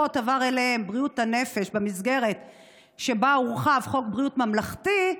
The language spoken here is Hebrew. כשבריאות הנפש עברה לקופות במסגרת שבה הורחב חוק בריאות ממלכתי,